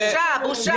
--- בושה, בושה.